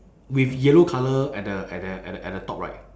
with yellow colour at the at the at the at the top right